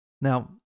Now